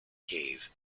cave